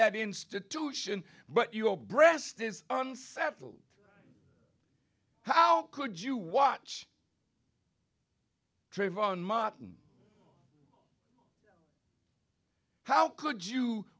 that institution but your breast is unsettled how could you watch trayvon martin how could you